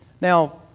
Now